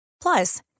Plus